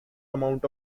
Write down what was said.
amount